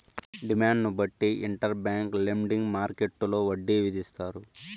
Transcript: డిమాండ్ను బట్టి inter bank lending మార్కెట్టులో వడ్డీ విధిస్తారు